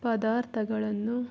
ಪದಾರ್ಥಗಳನ್ನು